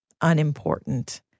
unimportant